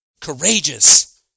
courageous